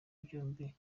byombi